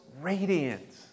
radiant